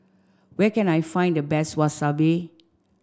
where can I find the best Wasabi